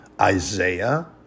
Isaiah